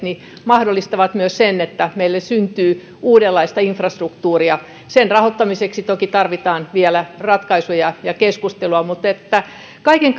mahdollistavat myös sen että meille syntyy uudenlaista infrastruktuuria sen rahoittamiseksi toki tarvitaan vielä ratkaisuja ja keskustelua mutta kaiken